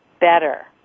better